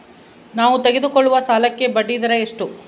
ನಾವು ತೆಗೆದುಕೊಳ್ಳುವ ಸಾಲಕ್ಕೆ ಬಡ್ಡಿದರ ಎಷ್ಟು?